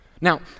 Now